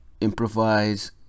improvise